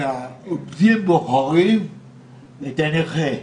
כי העובדים בוחרים את הנכה.